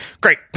Great